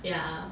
yeah